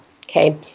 okay